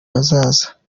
hazaza